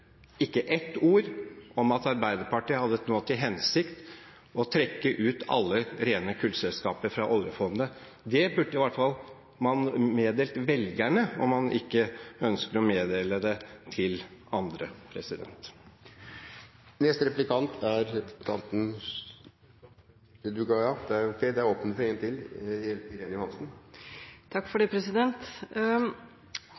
ikke ett ord om at Arbeiderpartiet nå hadde til hensikt å trekke ut alle rene kullselskaper fra oljefondet. Det burde man i hvert fall meddelt velgerne, om man ikke ønsket å meddele det til andre. Kristelig Folkeparti har vektlagt utredning veldig sterkt. Partiet hadde også en merknad i fjor om det,